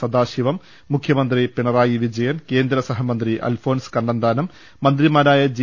സദാശിവം മുഖ്യമന്ത്രി പിണറായി വിജയൻ കേന്ദ്ര സഹമന്ത്രി അൽഫോണൻസ് കണ്ണന്താനം മന്ത്രി മാരായ ജി